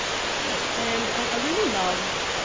okay. and i really love,